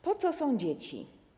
Po co są dzieci?